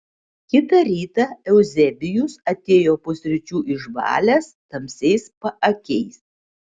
kitą rytą euzebijus atėjo pusryčių išbalęs tamsiais paakiais